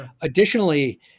Additionally